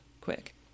quick